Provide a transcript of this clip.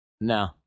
no